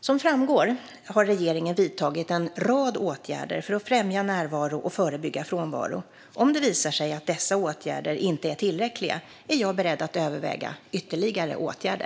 Som framgår har regeringen vidtagit en rad åtgärder för att främja närvaro och förebygga frånvaro. Om det visar sig att dessa åtgärder inte är tillräckliga är jag beredd att överväga ytterligare åtgärder.